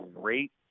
great